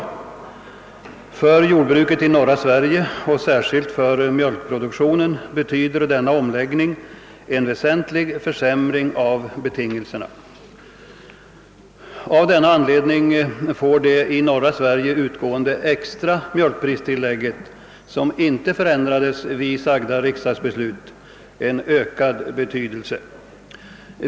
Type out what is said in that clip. För jordbruket i norra Sverige och särskilt för mjölkproduktionen betyder denna omläggning en väsentlig försämring av betingelserna. Av denna anledning får det i norra Sverige utgående extra mjölkpristillägget, som inte förändrades vid sagda riksdagsbeslut, ökad betydelse.